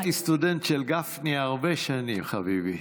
הייתי סטודנט של גפני הרבה שנים, חביבי.